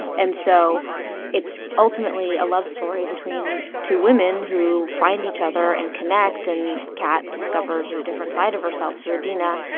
and so it's ultimately a love story between two women who find each other and connect, and kat discovers a different side of herself through adena.